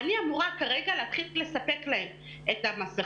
אני אמורה כרגע להתחיל לספק להם מסכות,